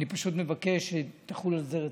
אני פשוט מבקש שתחול על זה רציפות,